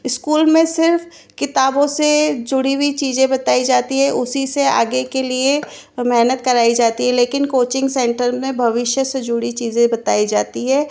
school में सिर्फ किताबों से जुड़ी हुई चीज़ें बताई जाती हैं उसी से आगे के लिए मेहनत कराई जाती है लेकिन कोचिंग सैंटर में भविष्य से जुड़ी चीज़ें बताई जाती हैं